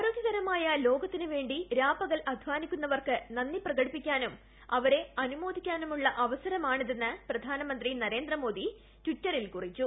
ആരോഗ്യകരമായ ലോകത്തിന് വേണ്ടി രാപ്പകൽ അധ്വാനിക്കുന്നവർക്ക് നന്ദി പ്രകടിപ്പിക്കാനും അവരെ അനുമോദിക്കാനുമുള്ള അവസരമാണിതെന്ന് പ്രധാനമന്ത്രി നരേന്ദ്രമോദി ടിറ്ററിൽ കുറിച്ചു